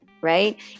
right